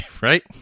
Right